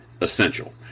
essential